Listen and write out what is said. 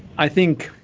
i think,